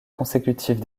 consécutive